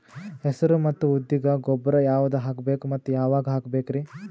ಹೆಸರು ಮತ್ತು ಉದ್ದಿಗ ಗೊಬ್ಬರ ಯಾವದ ಹಾಕಬೇಕ ಮತ್ತ ಯಾವಾಗ ಹಾಕಬೇಕರಿ?